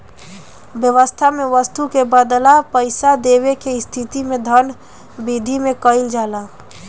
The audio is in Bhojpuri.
बेवस्था में बस्तु के बदला पईसा देवे के स्थिति में धन बिधि में कइल जाला